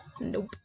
Nope